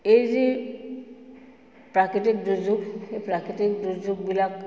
এই যি প্ৰাকৃতিক দুৰ্যোগ সেই প্ৰাকৃতিক দুৰ্যোগবিলাক